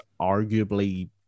arguably